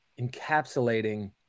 encapsulating